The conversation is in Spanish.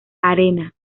arena